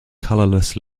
colourless